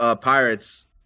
Pirates